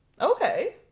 Okay